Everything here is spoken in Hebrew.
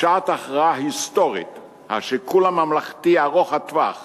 בשעת הכרעה היסטורית השיקול הממלכתי ארוך הטווח